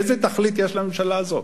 איזו תכלית יש לממשלה הזאת?